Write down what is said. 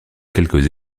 quelques